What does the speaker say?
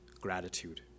gratitude